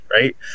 right